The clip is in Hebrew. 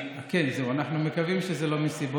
על התייצבות של עובדים במקומות עבודה.